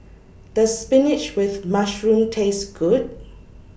Does Spinach with Mushroom Taste Good